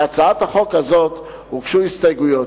להצעת החוק הזאת הוגשו הסתייגויות.